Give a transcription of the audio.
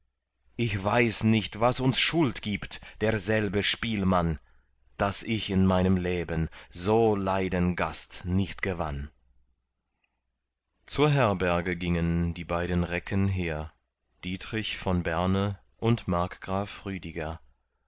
ich weiß nicht was uns schuld gibt derselbe spielmann daß ich in meinem leben so leiden gast nicht gewann zur herberge gingen die beiden recken hehr dietrich von berne und markgraf rüdiger